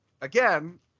Again